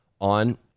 on